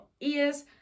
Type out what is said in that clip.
ears